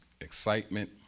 excitement